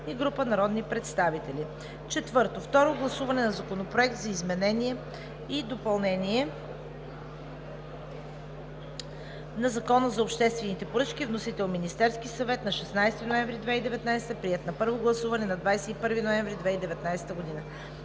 и група народни представители. 4. Второ гласуване на Законопроекта за изменение и допълнение на Закона за обществените поръчки. Вносител е Министерският съвет на 16 ноември 2019 г. Приет е на първо гласуване на 21 ноември 2019 г.